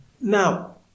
Now